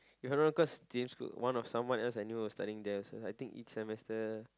if I'm not wrong cause same school one of someone else I knew was studying there also I think each semester